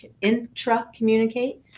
intra-communicate